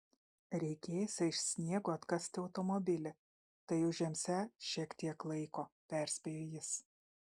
reikėsią iš sniego atkasti automobilį tai užimsią šiek tiek laiko perspėjo jis